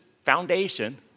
foundation